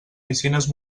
piscines